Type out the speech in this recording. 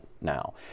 now